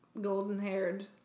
golden-haired